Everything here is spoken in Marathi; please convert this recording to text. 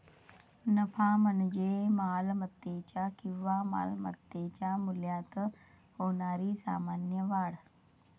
नफा म्हणजे मालमत्तेच्या किंवा मालमत्तेच्या मूल्यात होणारी सामान्य वाढ